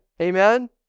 amen